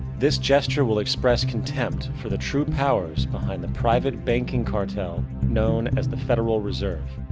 this gesture will express contempt for the true powers behind the private banking cartel known as the federal reserve.